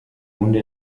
hunde